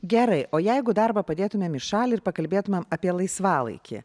gerai o jeigu darbą padėtumėm į šalį ir pakalbėtumėm apie laisvalaikį